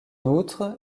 outre